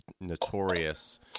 notorious